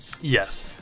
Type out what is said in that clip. Yes